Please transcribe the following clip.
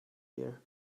here